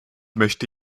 möchte